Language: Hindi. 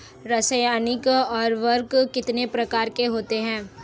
रासायनिक उर्वरक कितने प्रकार के होते हैं?